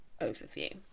overview